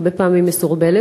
הרבה פעמים מסורבלת,